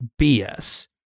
BS